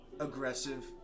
aggressive